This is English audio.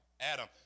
Adam